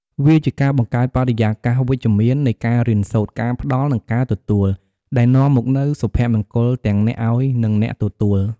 វាជាការបង្កើតបរិយាកាសវិជ្ជមាននៃការរៀនសូត្រ ការផ្ដល់ និងការទទួល ដែលនាំមកនូវសុភមង្គលទាំងអ្នកឱ្យ និងអ្នកទទួល។